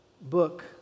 book